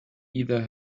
either